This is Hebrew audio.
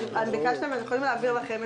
ביקשתם ואנחנו יכולים להעביר לכם.